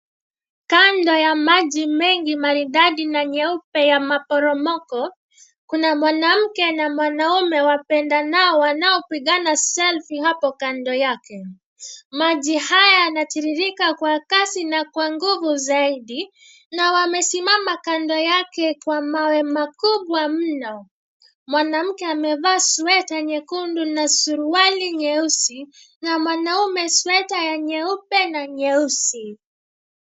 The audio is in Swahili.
Kando ya maji mengi maridadi na nyeupe ya maporomoko, kuna mwanamke na mwanaume wapendanao wanaopigana selfie hapo kando yake, maji haya yanatiririka kwa kasi na kwa nguvu zaidi, na wamesimama kando yake kwa mawe makubwa mno. Mwanamke amevaa sweta nyekundu na surwali nyeusi, na mwanaume sweta ya nyeupe na nyeusi.